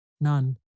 none